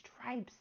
stripes